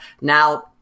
now